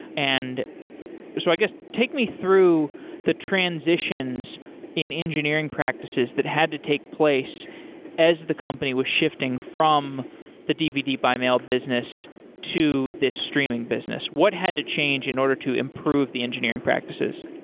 and so i guess take me through the transitions in engineering practices that had to take place as the company was shifting from the dvd by mail business to this streaming business. what had to change in order to improve the engineering practices?